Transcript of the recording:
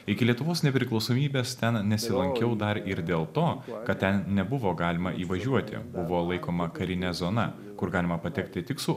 iki lietuvos nepriklausomybės ten nesilankiau dar ir dėl to kad ten nebuvo galima įvažiuoti buvo laikoma karine zona kur galima patekti tik su